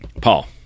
paul